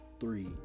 Three